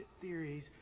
theories